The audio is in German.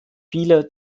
viele